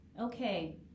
Okay